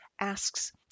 asks